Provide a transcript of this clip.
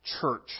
church